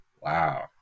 Wow